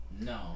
No